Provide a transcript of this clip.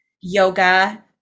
yoga